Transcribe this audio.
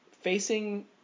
facing